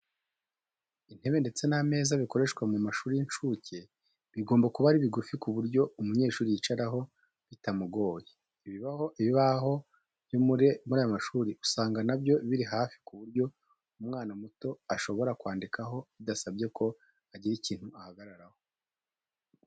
Intebe ndetse n'ameza bikoreshwa mu mashuri y'inshuke bigomba kuba ari bigufi ku buryo umunyeshuri yicaraho bitamugoye. Ibibaho byo muri ayo mashuri usanga na byo biri hafi ku buryo umwana muto ashobora kwandikaho bidasabye ko agira ikintu ahagararaho.